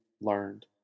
learned